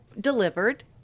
delivered